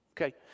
Okay